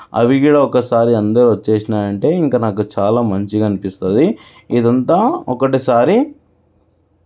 అవి కూడా ఒకసారి అందరూ వచ్చేసినాయంటే ఇంక నాకు చాలా మంచిగా అనిపిస్తుంది ఇదంతా ఒకటే సారి